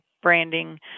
branding